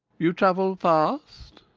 you travel fast?